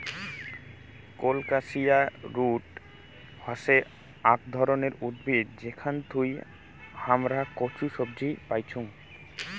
colocasia root হসে আক ধরণের উদ্ভিদ যেখান থুই হামরা কচু সবজি পাইচুং